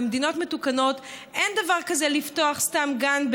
במדינות מתוקנות אין דבר כזה לפתוח סתם גן,